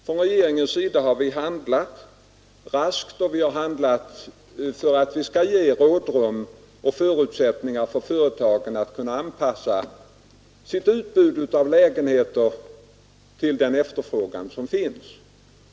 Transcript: Regeringen har handlat raskt, och vi har handlat för att ge rådrum och förutsättningar för företagen att bättre kunna anpassa sitt utbud av lägenheter till den efterfrågan som finns.